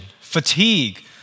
fatigue